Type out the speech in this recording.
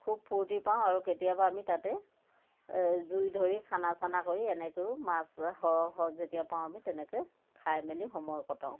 খুব ফূৰ্তি পাওঁ আৰু কেতিয়াবা আমি তাতে জুই ধৰি খানা চানা কৰি এনেকৈয়ো মাছ সৰহ যেতিয়া পাওঁ তেনেকৈ খাই মেলি সময় কটাওঁ